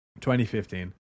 2015